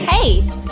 Hey